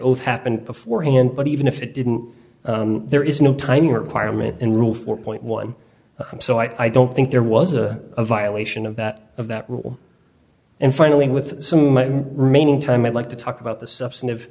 oath happened before hand but even if it didn't there is no time requirement in rule four point one i'm so i don't think there was a violation of that of that rule and finally with some remaining time i'd like to talk about the substantive